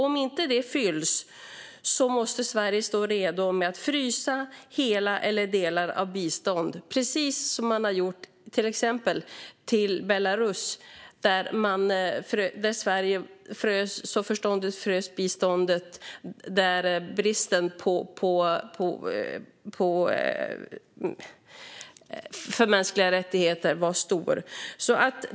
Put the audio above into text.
Om inte de uppfylls måste Sverige stå redo att frysa hela eller delar av biståndet - precis som man gjort till exempelvis Belarus, där Sverige så förståndigt frös biståndet då bristen på respekt för de mänskliga rättigheterna var stor.